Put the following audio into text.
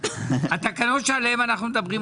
התקנות שעליהן אנחנו מדברים,